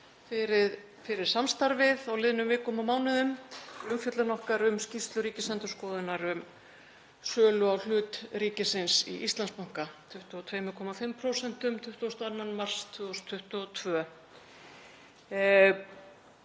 fyrir samstarfið á liðnum vikum og mánuðum og umfjöllun okkar um skýrslu Ríkisendurskoðunar um sölu á hlut ríkisins í Íslandsbanka 22,5%, 22. mars 2022.